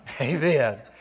Amen